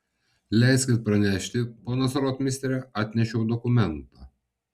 leiskit pranešti ponas rotmistre atnešiau dokumentą